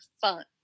fun